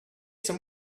some